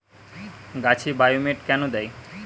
গাছে বায়োমেট কেন দেয়?